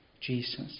Jesus